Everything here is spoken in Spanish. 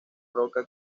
roca